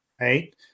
right